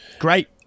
Great